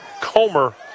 Comer